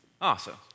Awesome